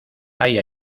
hay